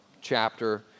chapter